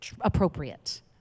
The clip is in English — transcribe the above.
appropriate